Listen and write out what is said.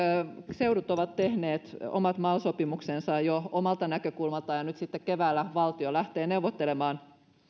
seudut ovat jo tehneet omat mal sopimuksensa omalta näkökulmaltaan ja nyt sitten keväällä valtio lähtee neuvottelemaan